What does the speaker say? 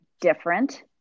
different